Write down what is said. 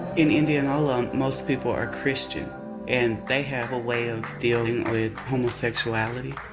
in indianola, most people are christian and they have a way of dealing with homosexuality.